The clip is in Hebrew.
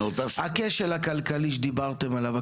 הכשל הכלכלי שדיברתם עליו,